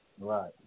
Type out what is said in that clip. Right